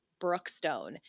Brookstone